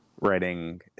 writing